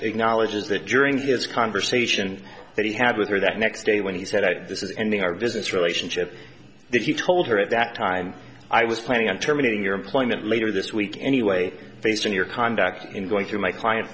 acknowledges that during his conversation that he had with her that next day when he said that this is ending our business relationship that he told her at that time i was planning on terminating your employment later this week anyway based on your conduct in going through my client